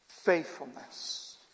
Faithfulness